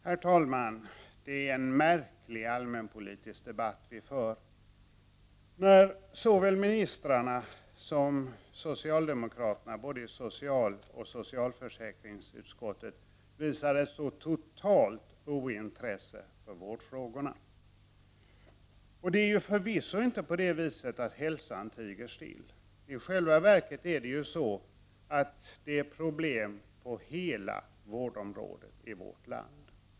Herr talman! Det är en märklig allmänpolitisk debatt vi för, när såväl ministrarna som socialdemokraterna i både socialoch socialförsäkringsutskottet visar ett så totalt ointresse för vårdfrågorna. Och det är förvisso inte så att hälsan tiger still. I själva verket är det problem på hela vårdområdet i vårt land.